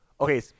okay